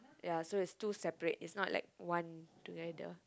ya so it's two separate it's not like one together